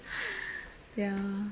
ya